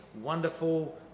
wonderful